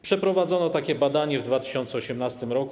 Przeprowadzono takie badanie w 2018 r.